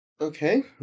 Okay